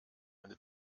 meine